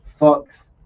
fucks